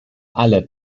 alle